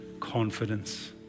confidence